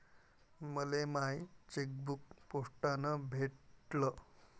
मले माय चेकबुक पोस्टानं भेटल